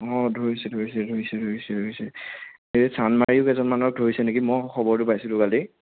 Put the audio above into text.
অ ধৰিছে ধৰিছে ধৰিছে ধৰিছে ধৰিছে এই চানমাৰীৰ কেইজনমানক ধৰিছে নেকি মই খবৰটো পাইছিলোঁ কালি